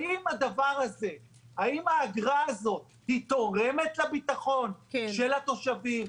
האם האגרה תורמת לביטחון של התושבים,